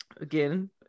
Again